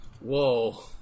Whoa